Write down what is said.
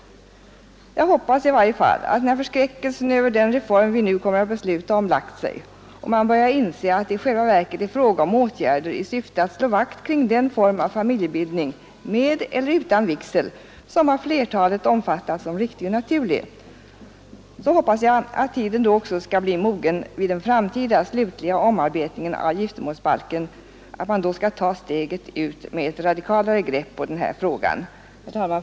Jag hoppas i vart fall att när förskräckelsen över den reform vi nu kommer att besluta om lagt sig och man börjar inse, att det i själva verket är fråga om åtgärder i syfte att slå vakt kring den form av familjebildning med eller utan vigsel som av flertalet uppfattas som riktig och naturlig, skall tiden också bli mogen för den framtida slutliga omarbetningen av giftermålsbalken och att man då skall ta steget fullt ut med ett radikalare grepp på den här frågan. Herr talman!